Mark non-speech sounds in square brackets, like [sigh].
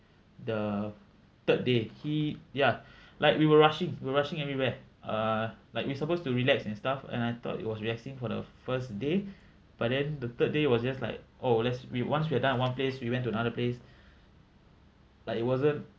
the third day he ya like we were rushing we're rushing everywhere ah like we supposed to relax and stuff and I thought it was relaxing for the first day but then the third day was just like oh let's we once we are done in one place we went to another place [breath] like it wasn't